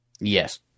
Yes